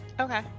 Okay